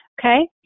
Okay